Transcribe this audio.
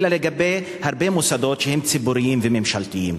אלא לגבי הרבה מוסדות שהם ציבוריים וממשלתיים.